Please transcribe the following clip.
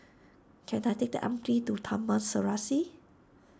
can I take the M T to Taman Serasi